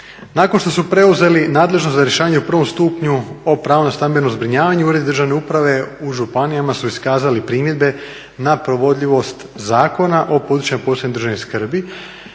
nakon što su preuzeli nadležnost za rješavanje u prvom stupnju o pravu na stambeno zbrinjavanje uredi državne uprave u županijama su iskazali primjedbe na provodljivost Zakona o područjima posebne državne skrbi